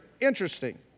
Interesting